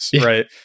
right